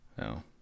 No